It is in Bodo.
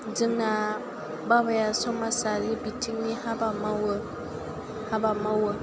जोंना बाबाया समाजारि बिथिंनि हाबा मावो हाबा मावो